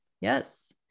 yes